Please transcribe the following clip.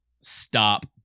Stop